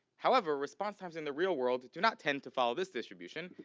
however, response times in the real world do not tend to follow this distribution,